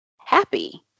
happy